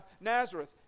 Nazareth